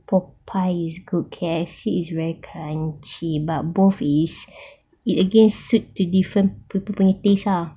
popeyes is good K_F_C is very crunchy but both is again suit to different people's taste ah